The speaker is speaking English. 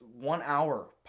one-hour